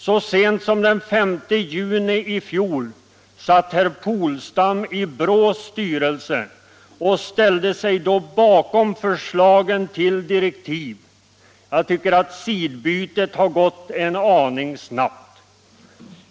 Så sent som den 5 juni i fjol satt herr Polstam i BRÅ:s styrelse och ställde sig då bakom förslagen till direktiv. Jag tycker att sidbytet har gått snabbt.